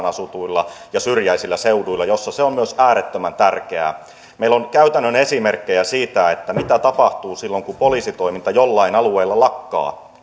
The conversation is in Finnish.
asutuilla ja syrjäisillä seuduilla joilla se on myös äärettömän tärkeää meillä on käytännön esimerkkejä siitä mitä tapahtuu silloin kun poliisitoiminta joillain alueilla lakkaa